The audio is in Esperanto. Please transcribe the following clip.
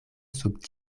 sub